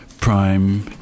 prime